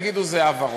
תגידו "זה הַעֲברות",